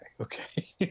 Okay